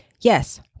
Yes